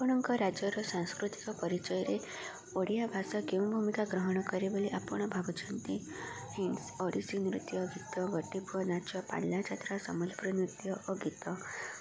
ଆପଣଙ୍କ ରାଜ୍ୟର ସାଂସ୍କୃତିକ ପରିଚୟରେ ଓଡ଼ିଆ ଭାଷା କେଉଁ ଭୂମିକା ଗ୍ରହଣ କରେ ବୋଲି ଆପଣ ଭାବୁଛନ୍ତି ଓଡ଼ିଶୀ ନୃତ୍ୟ ଗୀତ ଗୋଟିପୁଅ ନାଚ ଯାତ୍ରା ସାମରିକ ନୃତ୍ୟ ଓ ଗୀତ